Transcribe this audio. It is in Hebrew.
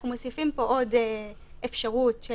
אנחנו מוסיפים פה עוד אפשרות של